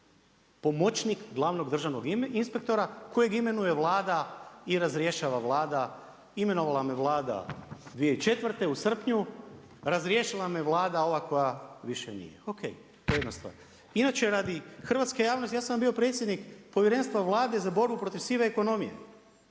Pomoćnik glavnog državnog inspektora kojeg imenuje Vlada i razrješava Vlada. Imenovala me Vlada 2004. u srpnju, razriješila me Vlada ova koja više nije. O.k. To je jedna stvar. Inače radi hrvatske javnosti, ja sam vam bio predsjednik Povjerenstva Vlade za borbu protiv sive ekonomije.